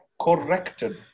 corrected